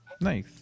nice